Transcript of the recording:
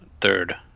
third